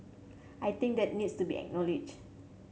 I think that needs to be acknowledged